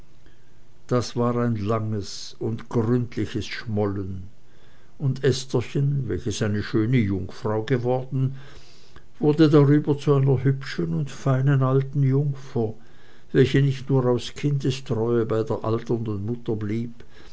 das war ein langes und gründliches schmollen und estherchen welches eine schöne jungfrau geworden wurde darüber zu einer hübschen und feinen alten jungfer welche nicht nur aus kindestreue bei der alternden mutter blieb